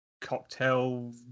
cocktail